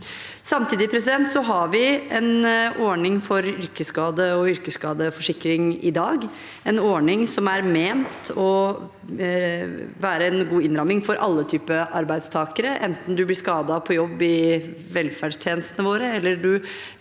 Samtidig har vi en ordning for yrkesskade og yrkesskadeforsikring i dag, en ordning som er ment å være en god innramming for alle typer arbeidstakere, enten man blir skadet på jobb i velferdstjenestene våre,